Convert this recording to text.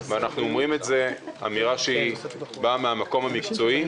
ואנחנו אומרים את זה אמירה שבאה מהמקום המקצועי.